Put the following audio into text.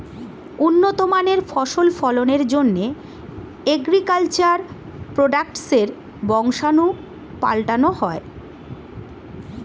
উন্নত মানের ফসল ফলনের জন্যে অ্যাগ্রিকালচার প্রোডাক্টসের বংশাণু পাল্টানো হয়